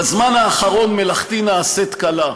בזמן האחרון מלאכתי נעשית קלה.